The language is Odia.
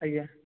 ଆଜ୍ଞା